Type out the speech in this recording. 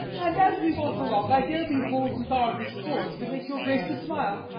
and, as we walk along, i dare be bold with our discourse to make your grace to smile.